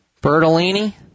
Bertolini